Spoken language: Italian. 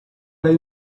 lei